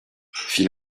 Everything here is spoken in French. fit